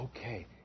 okay